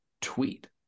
tweet